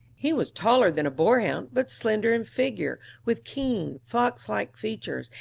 he was taller than a boarhound, but slender in figure, with keen, fox-like features,